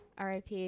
RIP